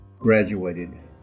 graduated